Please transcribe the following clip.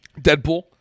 Deadpool